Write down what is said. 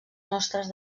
nostres